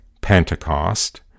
Pentecost